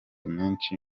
menshi